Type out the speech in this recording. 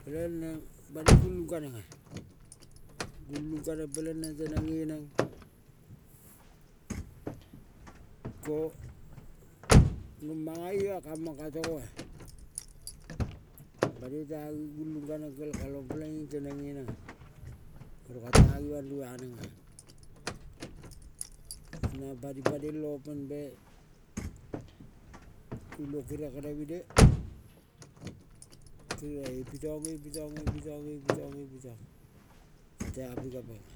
Peleng neng banoi kanenga. Gulung kaneng peleng neng teneng ngeneng, ko rong manga ima kamang ka toga. Banoi tea gulung kaneng kel kalong peleng tenenga or katea imandru ananga, nang panipanel open bay ulong keria kenemine. Keria epitong epitong epitong epitong katea pika penga.